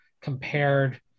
compared